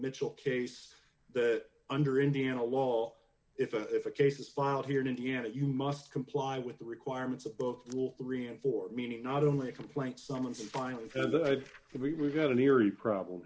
mitchell case that under indiana law if a if a cases filed here in indiana you must comply with the requirements of both a little three and four meaning not only a complaint summons and finally we've got an eerie problem